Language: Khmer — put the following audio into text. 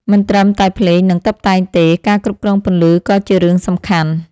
មិនត្រឹមតែភ្លេង និងតុបតែងទេ ការគ្រប់គ្រងពន្លឺក៏ជារឿងសំខាន់។